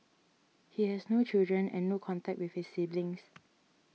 he has no children and no contact with his siblings